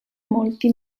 molti